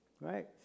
right